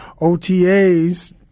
OTAs